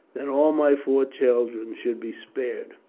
that all my four children should be spared.